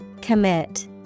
Commit